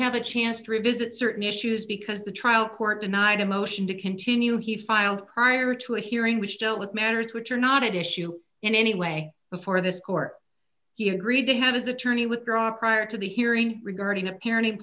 have a chance to revisit certain issues because the trial court denied a motion to continue he filed prior to a hearing which dealt with matters which are not at issue in any way before this court he agreed to have his attorney withdraw prior to the hearing regarding a parenting